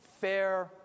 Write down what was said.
fair